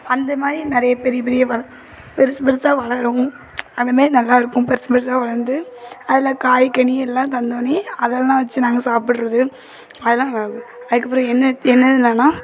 அந்த மாதிரி நிறைய பெரிய பெரிய வ பெருசு பெருசாக வளரும் அந்த மாரி நல்லா இருக்கும் பெருசு பெருசாக வளர்ந்து அதில் காய் கனி எல்லாம் தந்தோடன்னே அதெல்லாம் வச்சு நாங்கள் சாப்பிட்றது அதெலாம் அதுக்கப்புறம் என்ன என்னதுலன்னா